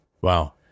Wow